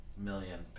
million